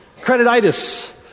Credititis